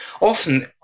often